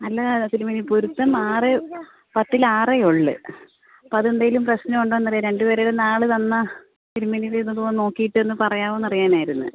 അല്ല തിരുമേനി പൊരുത്തം ആറ് പത്തിൽ ആറേ ഉള്ളൂ അപ്പോൾ അത് ഏന്തെങ്കിലും പ്രശ്നം ഉണ്ടോ എന്നറിയാൻ രണ്ട് പേരുടെയും നാൾ തന്നാൽ തിരുമേനി അതൊന്ന് നോക്കിയിട്ട് ഒന്ന് പറയാമോ എന്ന് അറിയാനായിരുന്നു